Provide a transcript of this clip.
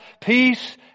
peace